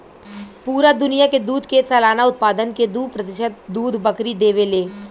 पूरा दुनिया के दूध के सालाना उत्पादन के दू प्रतिशत दूध बकरी देवे ले